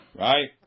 Right